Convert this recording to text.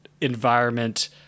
environment